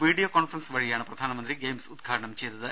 video conference വഴിയാണ് പ്രധാനമന്ത്രി games ഉദ്ഘാ ടനം ചെയ്തത്